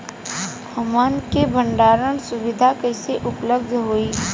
हमन के भंडारण सुविधा कइसे उपलब्ध होई?